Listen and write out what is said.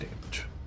damage